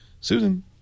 Susan